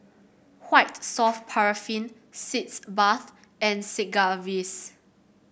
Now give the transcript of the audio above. White Soft Paraffin Sitz Bath and Sigvaris